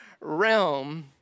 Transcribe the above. realm